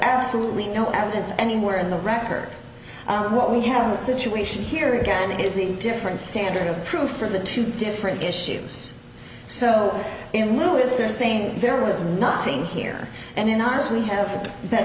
absolutely no evidence anywhere in the record what we have the situation here again is a different standard of proof for the two different issues so in louis they're saying there was nothing here and in ours we have that